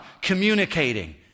Communicating